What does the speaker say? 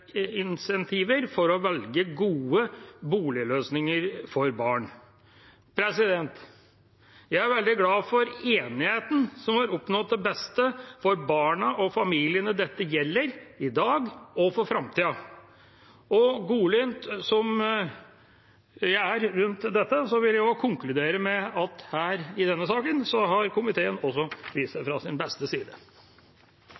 incentiver til å velge gode boligløsninger for barn. Jeg er veldig glad for enigheten som er oppnådd til beste for barna og familiene dette gjelder – i dag og for framtiden. Og godlynt som jeg er rundt dette, vil jeg også konkludere med at i denne saken har komiteen vist seg